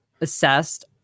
assessed